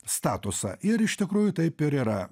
statusą ir iš tikrųjų taip ir yra